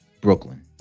Brooklyn